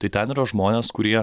tai ten yra žmonės kurie